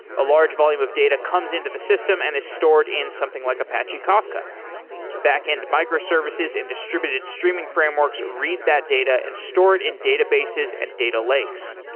a large volume of data comes into the system and is stored in something like apache kafka backend microservices and distributed streaming frameworks read that data and store it in databases and data lakes.